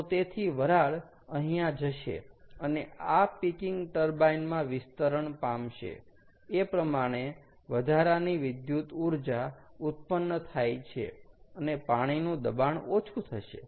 તો તેથી વરાળ અહીંયા જશે અને આ પીકિંગ ટર્બાઈન માં વિસ્તરણ પામશે એ પ્રમાણે વધારાની વિદ્યુત ઊર્જા ઉત્પન્ન થાય છે અને પાણીનુ દબાણ ઓછું થશે